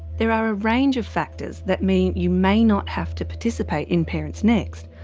there are a range of factors that mean you may not have to participate in parents next.